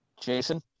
Jason